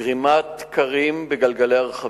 וגרימת תקרים בגלגלי הרכבים.